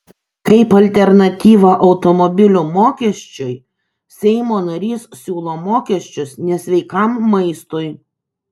kaip alternatyvą automobilių mokesčiui seimo narys siūlo mokesčius nesveikam maistui